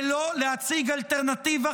ולא להציג אלטרנטיבה,